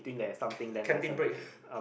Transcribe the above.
ca~ canteen break